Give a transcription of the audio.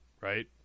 right